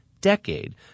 decade